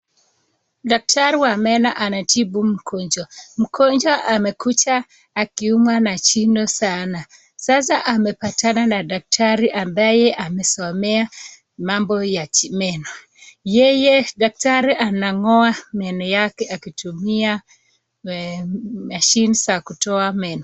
Daktari wa meno anatibu mgonjwa , mgonjwa amekuja akiumwa na jino sana, sasa amepatana na daktari ambaye amesomea mambo ya meno, yeye daktari anangoa meno yake akitumia madhini ya kutoa meno.